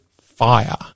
fire